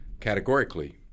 categorically